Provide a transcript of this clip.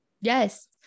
Yes